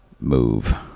move